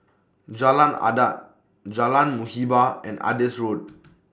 Jalan Adat Jalan Muhibbah and Adis Road